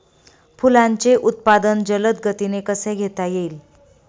फुलांचे उत्पादन जलद गतीने कसे घेता येईल?